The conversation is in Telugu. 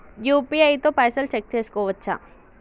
యూ.పీ.ఐ తో పైసల్ చెక్ చేసుకోవచ్చా?